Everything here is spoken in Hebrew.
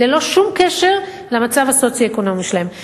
ללא שום קשר למצב הסוציו-אקונומי שלהם.